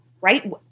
right